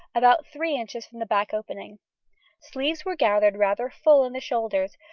about three inches from the back-opening. sleeves were gathered rather full in the shoulders,